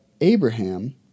Abraham